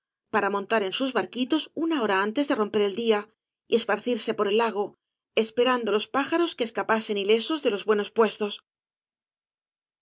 para montar en sus barquitos una hora antes de romper el día y esparcirse por el lago esperando los pájaros que escapasen ilesos de los buenos puestos